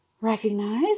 recognize